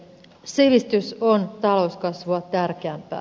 sivistys on talouskasvua tärkeämpää